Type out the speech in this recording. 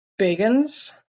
Bagans